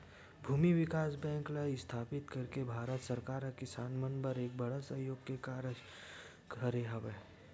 भूमि बिकास बेंक ल इस्थापित करके भारत सरकार ह किसान मन बर एक बड़का सहयोग के कारज करे हवय